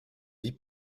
vie